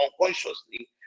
unconsciously